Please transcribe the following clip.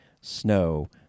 Snow